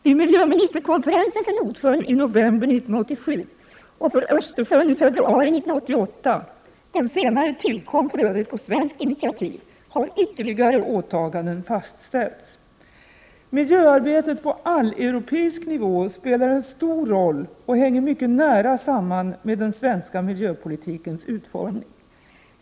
Vid miljöministerkonferensen för Nordsjön i november 1987 och för Östersjön i februari 1988 — den senare tillkom för övrigt på svenskt initiativ — har ytterligare åtaganden fastställts. Miljöarbetet på alleuropeisk nivå spelar stor roll och hänger mycket nära samman med den svenska miljöpolitikens utformning.